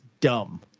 dumb